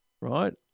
right